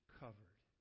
covered